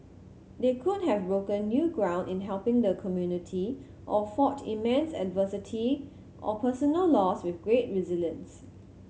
they could have broken new ground in helping the community or fought immense adversity or personal loss with great resilience